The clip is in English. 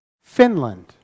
Finland